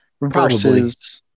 versus